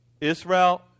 Israel